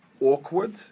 awkward